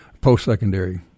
post-secondary